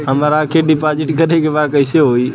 हमरा के डिपाजिट करे के बा कईसे होई?